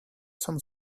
some